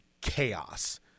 chaos